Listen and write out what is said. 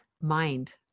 mind